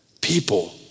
people